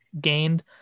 gained